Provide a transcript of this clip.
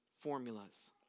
formulas